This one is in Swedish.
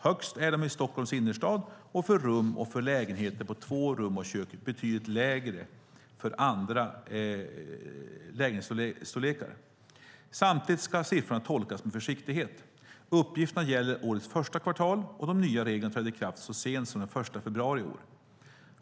Högst är de i Stockholms innerstad och för rum och för lägenheter på två rum och kök, och de är betydligt lägre för andra lägenhetsstorlekar. Samtidigt ska siffrorna tolkas med försiktighet. Uppgifterna gäller årets första kvartal och de nya reglerna trädde i kraft så sent som den 1 februari i år.